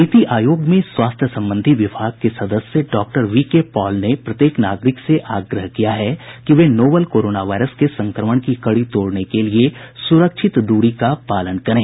नीति आयोग में स्वास्थ्य संबंधी विभाग के सदस्य डॉक्टर वी के पॉल ने प्रत्येक नागरिक से आग्रह किया है कि वे नोवल कोरोना वायरस के संक्रमण की कडी तोडने के लिए सुरक्षित दूरी का पालन करे